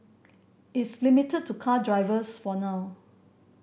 it's limited to car drivers for now